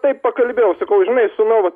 taip pakalbėjau sakau žinai sūnau vat